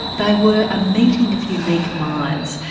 they were a meeting of unique minds.